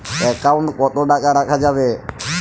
Account কত টাকা রাখা যাবে?